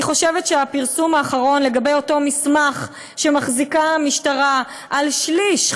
אני חושבת שהפרסום האחרון לגבי אותו מסמך שמחזיקה המשטרה על שליש,